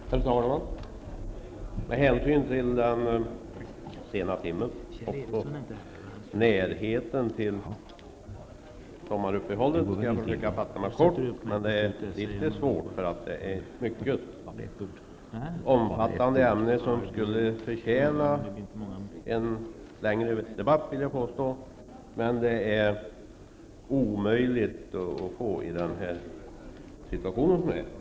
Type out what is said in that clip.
Herr talman! Med hänvisning till den sena timmen och närheten till sommaruppehållet skall jag försöka att fatta mig kort. Det är litet svårt, för det är ett mycket omfattande ämne, som skulle förtjäna en längre debatt, vill jag påstå. Men det är omöjligt att få en sådan vid detta tillfälle.